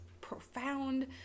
profound